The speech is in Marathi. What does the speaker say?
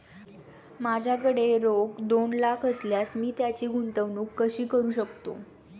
माझ्याकडे रोख दोन लाख असल्यास मी त्याची गुंतवणूक कशी करू शकतो?